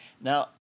Now